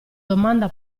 domanda